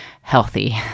healthy